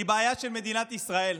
היא בעיה של מדינת ישראל.